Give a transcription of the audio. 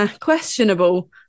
Questionable